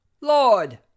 Lord